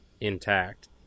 intact